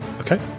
Okay